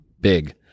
big